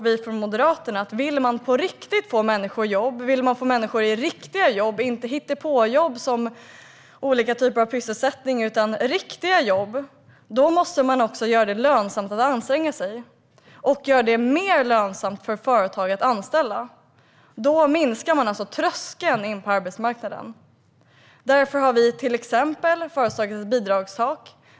Vi i Moderaterna menar att om man vill få människor i riktiga jobb och inte hittepåjobb som olika typer av pysselsättning måste man också göra det lönsamt att anstränga sig och göra det mer lönsamt för företag att anställa. Då minskar man tröskeln in på arbetsmarknaden. Därför har vi till exempel föreslagit ett bidragstak.